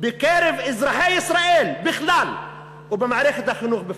בקרב אזרחי ישראל בכלל ובמערכת החינוך בפרט."